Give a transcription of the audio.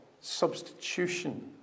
substitution